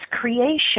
creation